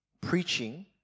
preaching